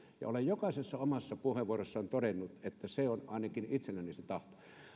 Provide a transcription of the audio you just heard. olen jokaisessa omassa puheenvuorossani todennut että ainakin itselläni on se